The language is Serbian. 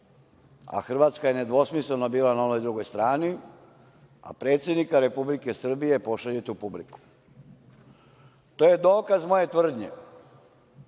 a Hrvatska je nedvosmisleno bila na onoj drugoj strani, a predsednika Republike Srbije pošaljete u publiku. To je dokaz moje tvrdnje